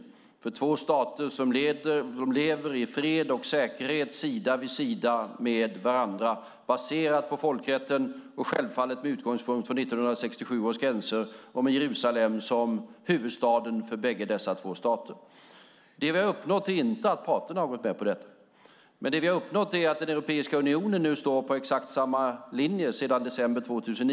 Vi vill se två stater som lever i fred och säkerhet sida vid sida med varandra, baserat på folkrätten och självfallet med utgångspunkt från 1967 års gränser och med Jerusalem som huvudstaden för bägge dessa två stater. Det vi har uppnått är inte att parterna har gått med på detta. Men det vi har uppnått är att Europeiska unionen nu står på exakt samma linje sedan december 2009.